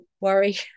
worry